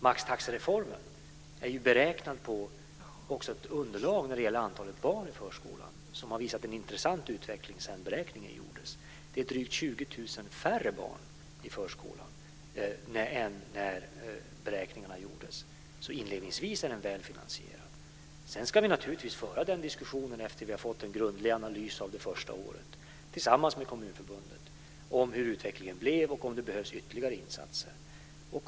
Maxtaxereformen är beräknad på ett underlag baserat på antalet i barn förskolan. Det har visat sig vara en intressant utveckling sedan beräkningen gjordes. Det är drygt 20 000 färre barn i förskolan än enligt de beräkningar som gjordes, så inledningsvis är maxtaxereformen väl finansierad. Sedan ska vi tillsammans med Kommunförbundet naturligtvis föra en diskussion efter det att vi har fått en grundlig analys av det första året om hur utvecklingen blev och om det behövs ytterligare insatser.